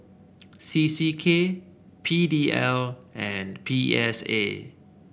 C C K P D L and P S A